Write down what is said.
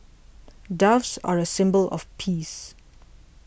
doves are a symbol of peace